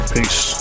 Peace